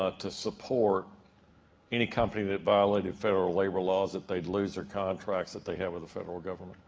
ah to support any company that violated federal labor laws that they'd lose their contracts that they have with the federal government?